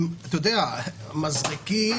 מזרקים,